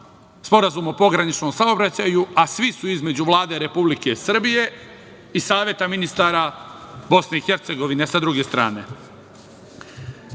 Sporazum o pograničnom saobraćaju, a svi su između Vlade Republike Srbije i Saveta ministara BiH, sa druge strane. Kada